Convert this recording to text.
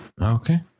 Okay